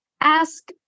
Ask